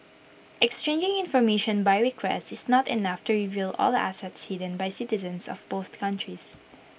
exchanging information by request is not enough to reveal all assets hidden by citizens of both countries